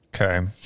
Okay